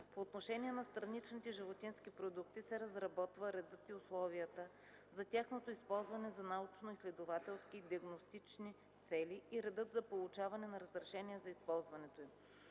По отношение на страничните животински продукти се разработват редът и условията за тяхното използване за научноизследователски и диагностични цели, и редът за получаване на разрешение за използването им.